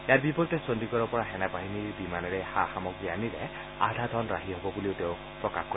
ইয়াৰ বিপৰীতে চণ্ডিগড্ৰ পৰা সেনা বাহিনীৰ বিমানেৰে সা সামগ্ৰী আনিলে প্ৰায় আধা ধন ৰাহি হব বুলি তেওঁ প্ৰকাশ কৰে